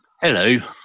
Hello